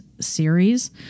series